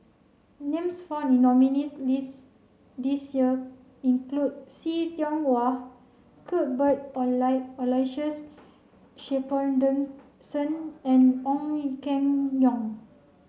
names found in nominees' list this year include See Tiong Wah Cuthbert Aloysius and Ong Keng Yong